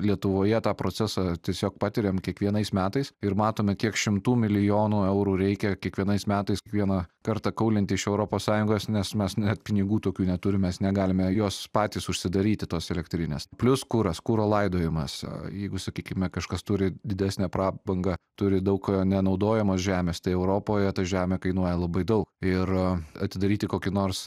lietuvoje tą procesą tiesiog patiriam kiekvienais metais ir matome kiek šimtų milijonų eurų reikia kiekvienais metais kiekvieną kartą kaulinti iš europos sąjungos nes mes net pinigų tokių neturim mes negalime jos patys užsidaryti tos elektrinės plius kuras kuro laidojimas a jeigu sakykime kažkas turi didesnę prabangą turi daug nenaudojamos žemės tai europoje ta žemė kainuoja labai daug ir atidaryti kokį nors